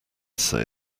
say